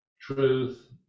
truth